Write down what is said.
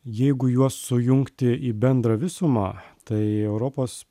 jeigu juos sujungti į bendrą visumą tai europos